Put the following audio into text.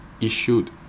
issued